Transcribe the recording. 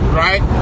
right